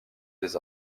des